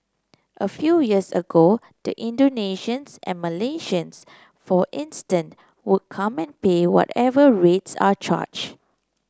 a few years ago the Indonesians and Malaysians for instance would come and pay whatever rates are charged